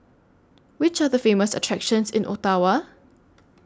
Which Are The Famous attractions in Ottawa